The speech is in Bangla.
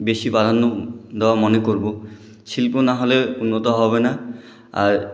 বেশি প্রাধান্য দেওয়া মনে করব শিল্প না হলে উন্নত হবে না আর